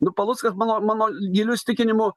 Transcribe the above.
nu paluckas mano mano giliu įsitikinimu